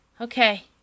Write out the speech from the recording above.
okay